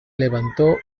levantó